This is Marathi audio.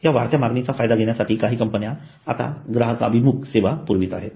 या वाढत्या मागणीचा फायदा घेण्यासाठी काही कंपन्या आता ग्राहकाभिमुख सेवा पुरवत आहेत